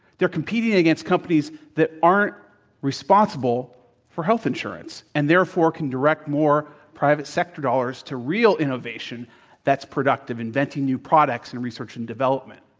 they're competing against companies that aren't responsible for health insurance, and therefore can direct more private sector dollars to real innovation that's productive, inventing new products in research and development.